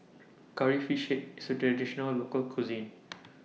Curry Fish Head IS A Traditional Local Cuisine